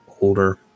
older